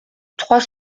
trois